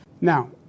Now